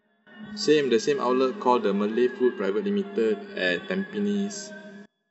same the same outlet called the malay food private limited at tampines